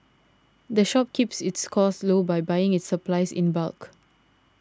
the shop keeps its costs low by buying its supplies in bulk